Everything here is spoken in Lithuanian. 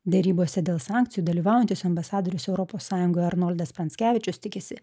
derybose dėl sankcijų dalyvaujantis ambasadorius europos sąjungoje arnoldas pranckevičius tikisi